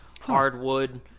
hardwood